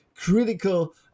critical